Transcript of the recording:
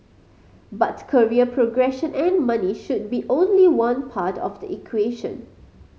but career progression and money should be only one part of the equation